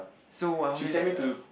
so wa how many is that err